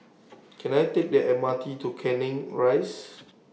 Can I Take The M R T to Canning Rise